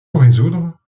résoudre